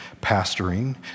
pastoring